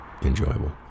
enjoyable